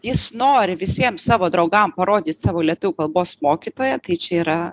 jis nori visiem savo draugam parodyt savo lietuvių kalbos mokytoją tai čia yra